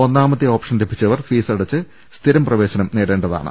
ഒന്നാ മത്തെ ഓപ്ഷൻ ലഭിച്ചവർ ഫീസടച്ച് സ്ഥിരം പ്രവേശനം നേടേണ്ടതാണ്